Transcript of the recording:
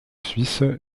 suisse